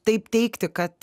taip teigti kad